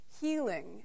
healing